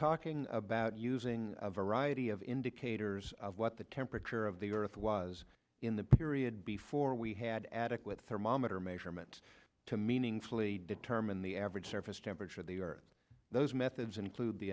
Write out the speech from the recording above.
talking about using a variety of indicators of what the temperature of the earth was in the period before we had adequate thermometer measurement to meaningfully determine the average surface temperature of the earth those methods include the